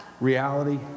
reality